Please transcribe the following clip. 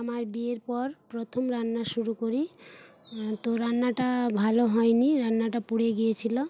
আমার বিয়ের পর প্রথম রান্না শুরু করি তো রান্নাটা ভালো হয়নি রান্নাটা পুড়ে গিয়েছিল